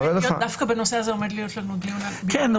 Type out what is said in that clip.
דווקא בנושא הזה עומד להיות לנו דיון בעקבות חקיקת החוק.